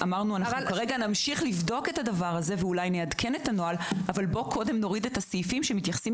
כרגע נמשיך לבדוק את הדבר זה אבל בואו נוריד את הסעיפים שמתייחסים